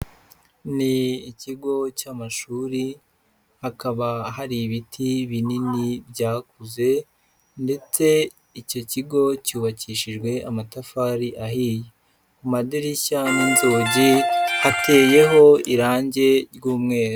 Ni ikigo cy'amashuri hakaba hari ibiti binini byakuze ndetse icyo kigo cyubakishijwe amatafari ahiye, ku madirishya n'inzugi hateyeho irange ry'umweru.